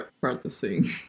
practicing